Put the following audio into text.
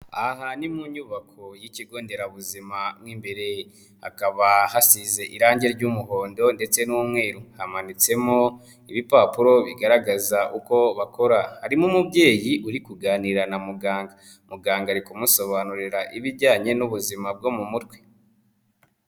Aha ni mu nyubako y'ikigonderabuzima mo imbere, hakaba hasize irangi ry'umuhondo ndetse n'umweru, hamanitsemo ibipapuro bigaragaza uko bakora. Harimo umubyeyi uri kuganira na muganga. Muganga ari kumusobanurira ibijyanye n'ubuzima bwo mu mutwe.